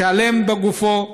שלם בגופו,